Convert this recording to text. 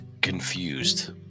confused